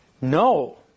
No